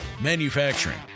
Manufacturing